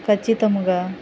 కచ్చితమ్ముగా